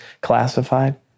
classified